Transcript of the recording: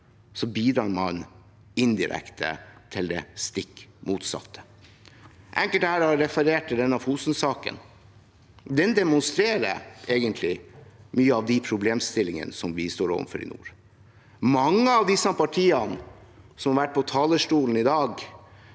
bidrar man indirekte til det stikk motsatte. Enkelte her har referert til Fosen-saken. Den demonstrerer egentlig mange av de problemstillingene som vi står overfor i dag. Mange av de partiene som har vært på talerstolen i dag,